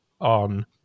on